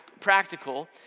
practical